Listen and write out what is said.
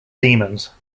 demons